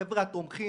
החבר'ה התומכים,